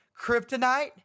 kryptonite